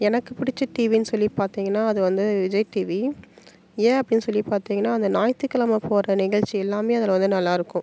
எனக்கு பிடிச்ச டிவின்னு சொல்லி பார்த்திங்கன்னா அது வந்து விஜய் டிவி ஏன் அப்படின்னு சொல்லி பார்த்திங்கன்னா அந்த ஞாயித்துக்கிலம போடுகிற நிகழ்ச்சி எல்லாமே அதில் வந்து நல்லா இருக்கும்